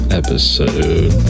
episode